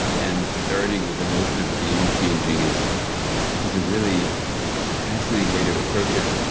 and starting with the notion of game changing is is a really fascinating way to approach it.